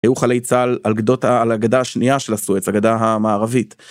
היו חיילי צהל על הגדה השנייה של הסואץ, הגדה המערבית.